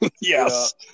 yes